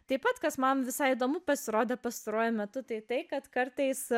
taip pat kas man visai įdomu pasirodė pastaruoju metu tai tai kad kartais